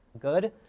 good